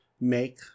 make